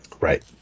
Right